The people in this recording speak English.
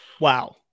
Wow